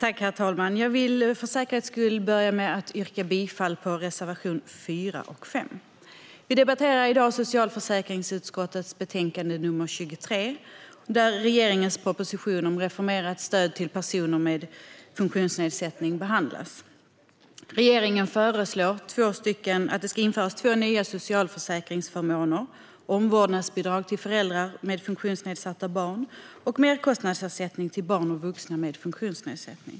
Herr talman! Jag vill för säkerhets skull börja med att yrka bifall till reservationerna 4 och 5. Reformerade stöd till personer med funktionsnedsättning Vi debatterar i dag socialförsäkringsutskottets betänkande 23, där regeringens proposition om reformerat stöd till personer med funktionsnedsättning behandlas. Regeringen föreslår att det ska införas två nya socialförsäkringsförmåner: omvårdnadsbidrag till föräldrar med funktionsnedsatta barn och merkostnadsersättning till barn och vuxna med funktionsnedsättning.